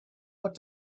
what